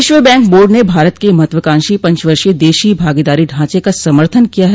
विश्व bank board ने भारत के महत्वाकांक्षी पंचवर्षीय देशी भागीदारी ढांचे का समर्थन किया है